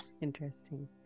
Interesting